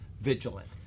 vigilant